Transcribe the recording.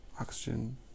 oxygen